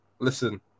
Listen